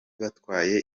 batwaye